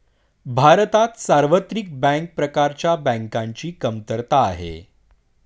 भारतात सार्वत्रिक बँक प्रकारच्या बँकांची कमतरता आहे